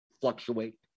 fluctuate